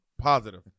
Positive